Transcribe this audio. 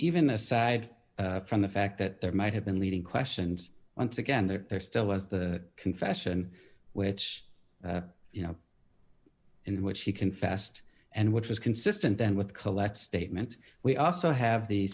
even aside from the fact that there might have been leading questions once again there still was the confession which you know in which he confessed and which is consistent then with collette statement we also have the